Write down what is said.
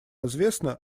известно